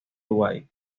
uruguay